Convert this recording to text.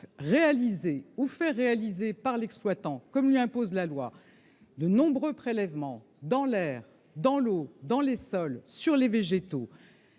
réaliser ou faire réaliser par l'exploitant, comme le lui impose la loi, de nombreux prélèvements dans l'air, l'eau, les sols et sur les végétaux.